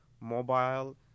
mobile